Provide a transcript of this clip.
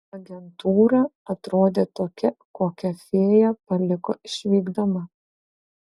agentūra atrodė tokia kokią fėja paliko išvykdama